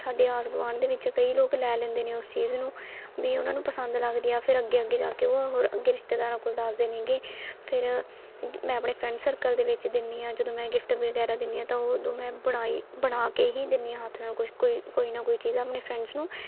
ਸਾਡੀ ਆਂਢ ਗਵਾਂਢ ਦੇ ਵਿੱਚ ਕਈ ਲੋਕ ਲੈ ਲੈਂਦੇ ਨੇ ਉਸ ਚੀਜ਼ ਨੂੰ ਵੀ ਉਹਨਾਂ ਨੂੰ ਪਸੰਦ ਲੱਗਦੀ ਆ ਫਿਰ ਅੱਗੇ ਅੱਗੇ ਜਾ ਕੇ ਉਹ ਹੋਰ ਅੱਗੇ ਰਿਸ਼ਤੇਦਾਰਾਂ ਕੋਲ ਦੱਸਦੇ ਨੇਗੇ ਫਿਰ ਮੈਂ ਆਪਣੇ ਫ੍ਰੈਂਡ ਸਰਕਲ ਦੇ ਵਿੱਚ ਦਿੰਦੀ ਹਾਂ ਜਦੋਂ ਮੈਂ ਗਿਫਟ ਵਗੈਰਾ ਦਿੰਦੀ ਹਾਂ ਤਾਂ ਉਹ ਉਦੋਂ ਮੈਂ ਬੁਣਾਈ ਬਣਾ ਕੇ ਹੀ ਦਿੰਦੀ ਹਾਂ ਹੱਥ ਨਾਲ ਕੁਛ ਕੋਈ ਕੋਈ ਨਾ ਕੋਈ ਚੀਜ਼ ਆਪਣੇ ਫਰੈਂਡਸ ਨੂੰ